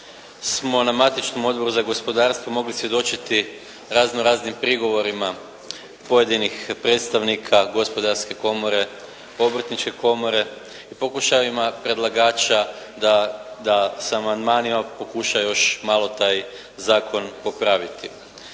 smo na matičnom Odboru za gospodarstvo mogli svjedočiti razno-raznim prigovorima pojedinih predstavnika Gospodarske komore, Obrtničke komore i pokušajima predlagača da sa amandmanima pokuša još malo taj zakon popraviti.